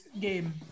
game